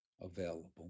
available